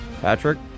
Patrick